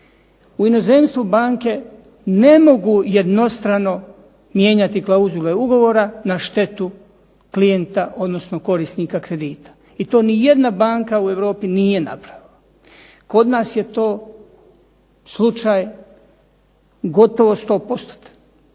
U inozemstvu banke ne mogu jednostrano mijenjati klauzule ugovora na štetu klijenta, odnosno korisnika kredita. I to nijedna banka u Europi nije napravila. Kod nas je to slučaj gotovo 100%-tan.